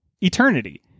eternity